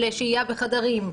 של שהייה בחדרים,